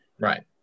right